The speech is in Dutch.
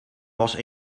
was